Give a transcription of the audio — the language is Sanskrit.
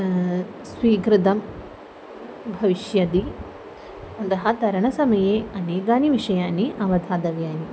स्वीकृतं भविष्यति अतः तरणसमये अनेकानि विषयानि अवधातव्यानि